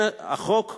החוק קובע,